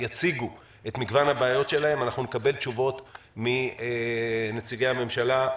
יציגו את מגוון הבעיות שלהם ואנחנו נקבל תשובות מנציגי הממשלה.